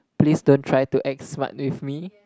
please don't try to act smart with me